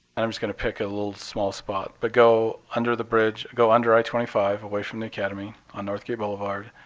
and i'm just going to pick a little small spot, but go under the bridge, go under i twenty five away from the academy on northgate boulevard.